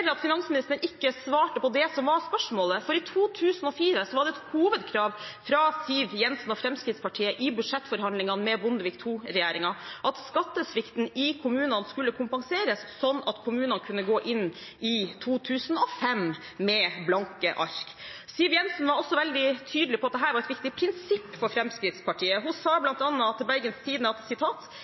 at finansministeren ikke svarte på det som var spørsmålet, for i 2004 var det et hovedkrav fra Siv Jensen og Fremskrittspartiet i budsjettforhandlingene med Bondevik II-regjeringen at skattesvikten i kommunene skulle kompenseres, sånn at kommunene kunne gå inn i 2005 med blanke ark. Siv Jensen var også veldig tydelig på at dette var et viktig prinsipp for Fremskrittspartiet. Hun sa bl.a. til Bergens Tidende: «I dag er det slik at